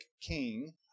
king